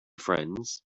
friends